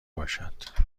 باشد